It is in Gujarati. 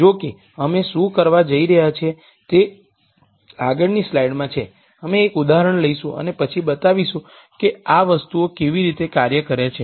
જો કે અમે શું કરવા જઈ રહ્યા છીએ તે આગળની સ્લાઈડમાં છે અમે એક ઉદાહરણ લઈશું અને પછી બતાવીશું કે આ વસ્તુઓ કેવી રીતે કાર્ય કરે છે